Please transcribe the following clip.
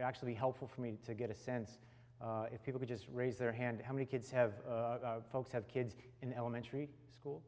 actually helpful for me to get a sense if people just raise their hand how many kids have folks have kids in elementary school